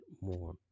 more